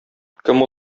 кем